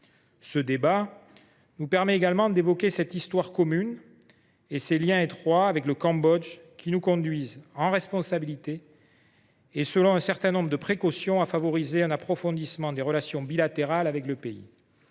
Ce débat nous permet également d’évoquer cette histoire commune et ces liens étroits avec le Cambodge, qui nous conduisent, en responsabilité et avec précaution, à favoriser un approfondissement des relations bilatérales avec ce pays.